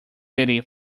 city